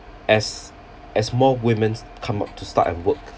as as more women's come out to start and work